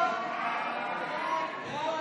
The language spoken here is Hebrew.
ההצעה להעביר